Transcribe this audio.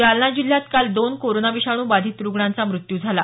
जालना जिल्ह्यात काल दोन कोरोना विषाणू बाधित रुग्णांचा मृत्यू झाला